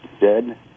dead